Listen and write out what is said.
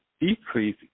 decrease